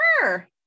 sure